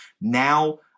Now